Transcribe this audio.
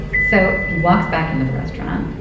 so he walks back into the restaurant.